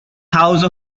house